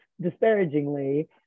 disparagingly